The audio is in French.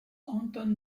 anton